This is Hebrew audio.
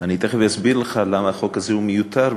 אני תכף אסביר לך למה החוק הזה מיותר.